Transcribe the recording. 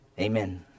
Amen